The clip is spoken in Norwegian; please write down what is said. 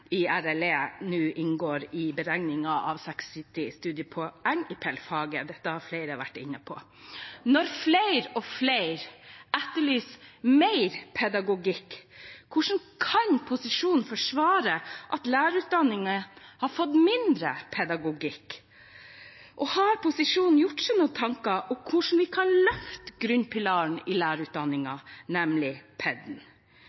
i RLE nå inngår i beregningen av 60 studiepoeng i PEL-faget. Dette har flere vært inne på. Når flere og flere etterlyser mer pedagogikk, hvordan kan posisjonen forklare at lærerutdanningen har fått mindre pedagogikk? Har posisjonen gjort seg noen tanker om hvordan vi kan løfte grunnpilaren i